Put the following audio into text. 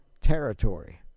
territory